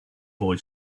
boy